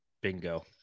Bingo